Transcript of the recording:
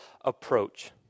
approach